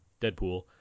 Deadpool